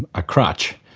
and a crutch,